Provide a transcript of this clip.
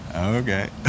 Okay